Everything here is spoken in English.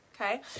Okay